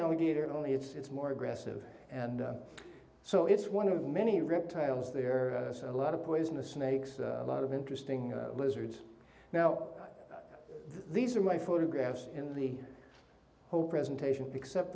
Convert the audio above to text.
alligator only it's more aggressive and so it's one of many reptiles there are a lot of poisonous snakes a lot of interesting lizards now these are my photographs in the whole presentation except